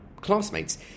classmates